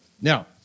Now